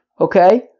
okay